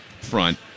front